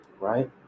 Right